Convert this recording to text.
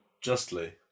justly